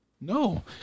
No